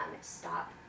Stop